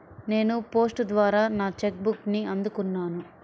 నేను పోస్ట్ ద్వారా నా చెక్ బుక్ని అందుకున్నాను